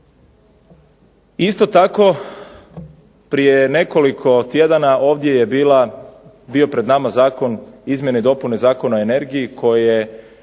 Isto tako, prije nekoliko tjedana ovdje je bio pred nama zakon, Izmjene i dopune Zakona o energiji koje